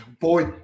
Boy